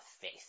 faith